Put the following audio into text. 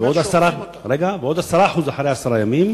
ובעוד 10% אחרי עשרה ימים,